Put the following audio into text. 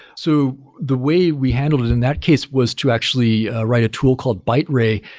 so the way we handled it in that case was to actually write a tool called byte ray,